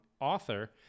author